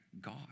God